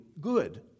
good